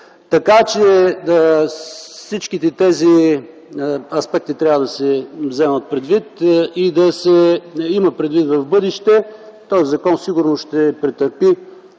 т.г. Всички тези аспекти трябва да се вземат предвид и да се имат предвид в бъдеще. Този закон сигурно ще претърпи